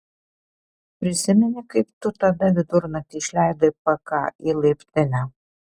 prisimeni kaip tu tada vidurnaktį išleidai pk į laiptinę